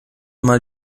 mal